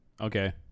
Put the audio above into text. Okay